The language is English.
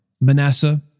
Manasseh